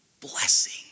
blessing